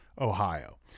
Ohio